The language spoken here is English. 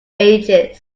ages